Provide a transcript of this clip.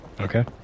Okay